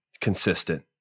consistent